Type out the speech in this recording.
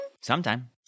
Sometime